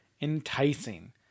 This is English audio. enticing